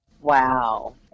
Wow